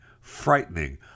frightening